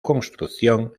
construcción